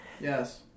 Yes